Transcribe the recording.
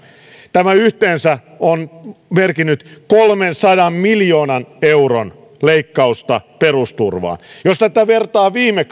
tämä yhteensä on merkinnyt kolmensadan miljoonan euron leikkausta perusturvaan jos tätä vertaa viime